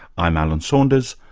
i'm alan saunders,